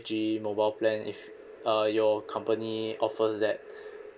G mobile plan if uh your company offers that